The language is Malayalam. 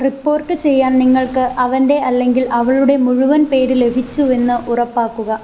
റിപ്പോർട്ട് ചെയ്യാൻ നിങ്ങൾക്ക് അവൻ്റെ അല്ലെങ്കിൽ അവളുടെ മുഴുവൻ പേര് ലഭിച്ചുവെന്ന് ഉറപ്പാക്കുക